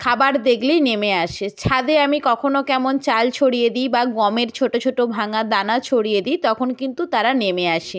খাবার দেখলেই নেমে আসে ছাদে আমি কখনো কেমন চাল ছড়িয়ে দিই বা গমের ছোটো ছোটো ভাঙা দানা ছড়িয়ে দিই তখন কিন্তু তারা নেমে আসে